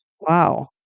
Wow